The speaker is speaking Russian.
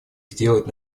сделать